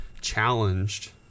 challenged